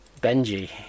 Benji